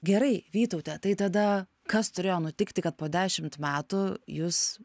gerai vytaute tai tada kas turėjo nutikti kad po dešimt metų jūs